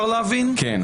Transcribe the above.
כן.